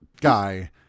guy